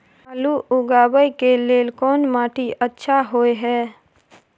आलू उगाबै के लेल कोन माटी अच्छा होय है?